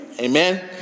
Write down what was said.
amen